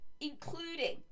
including